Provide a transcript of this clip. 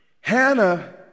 Hannah